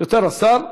יותר השר,